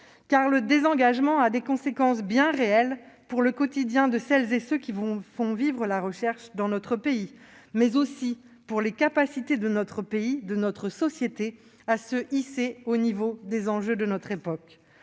Car le désengagement a des conséquences bien réelles sur le quotidien de celles et ceux qui font vivre la recherche dans notre pays, mais aussi sur les capacités de notre pays et de notre société à se hisser au niveau des enjeux de notre époque.